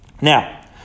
Now